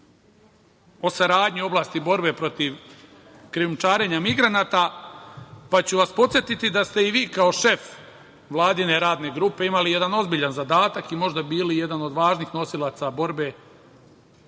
o saradnji u oblasti borbe protiv krijumčarenja migranata, pa ću vas podsetiti da ste i vi kao šef vladine radne grupe imali ozbiljan zadatak i možda bili jedan od važnih nosilaca borbe